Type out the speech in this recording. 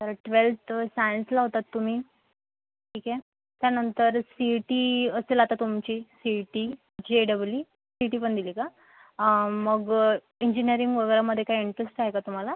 तर ट्वेल्थ सायन्सला होतात तुम्ही ठीके त्यानंतर सी ई टी असेल आता तुमची C E T J double E C E T पण दिली का मग इंजिनियरिंग वगैरेमध्ये काही इंटरेस्ट आहे का तुम्हाला